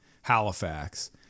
Halifax